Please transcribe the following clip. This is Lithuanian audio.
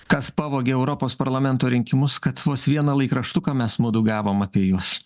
kas pavogė europos parlamento rinkimus kad vos vieną laikraštuką mes mudu gavom apie jus